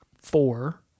four